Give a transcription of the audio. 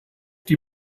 die